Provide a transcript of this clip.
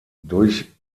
durch